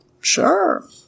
Sure